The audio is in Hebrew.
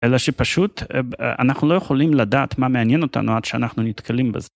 אלא שפשוט אנחנו לא יכולים לדעת מה מעניין אותנו עד שאנחנו נתקלים בזה.